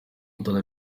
rutonde